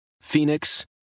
Phoenix